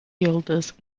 guelders